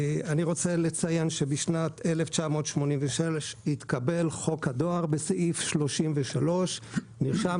אני רוצה לציין שבשנת 1986 התקבל חוק הדואר ובסעיף 33 נרשם: